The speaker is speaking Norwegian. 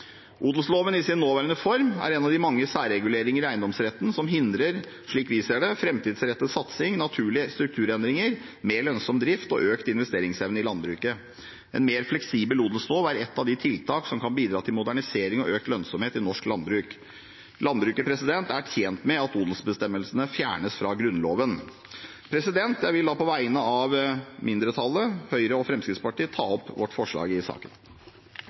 Odelsloven i sin nåværende form er en av de mange særreguleringer i eiendomsretten som, slik vi ser det, hindrer framtidsrettet satsing, naturlige strukturendringer, mer lønnsom drift og økt investeringsevne i landbruket. En mer fleksibel odelslov er et av de tiltak som kan bidra til modernisering og økt lønnsomhet i norsk landbruk. Landbruket er tjent med at odelsbestemmelsene fjernes fra Grunnloven. Jeg vil på vegne av Høyre og Fremskrittspartiet ta opp vårt forslag i saken.